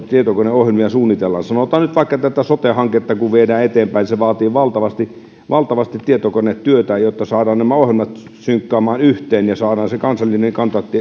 tietokoneohjelmia suunnitellaan sanotaan nyt vaikka että tätä sote hanketta kun viedään eteenpäin se vaatii valtavasti valtavasti tietokonetyötä jotta saadaan nämä ohjelmat synkkaamaan yhteen ja saadaan se kansallinen